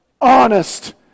honest